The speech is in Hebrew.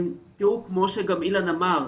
תראו, כמו שגם אילן אמר,